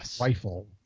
rifle